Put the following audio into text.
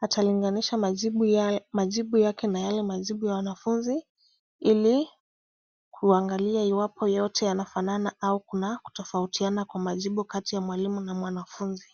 atalinganisha majibu yake na yale majibu ya wanafunzi ili kuangalia iwapo yote yanafanana au kuna kutofautiana kwa majibu kati ya mwalimu na mwanafunzi.